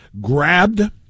grabbed